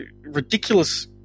ridiculous